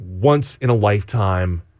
once-in-a-lifetime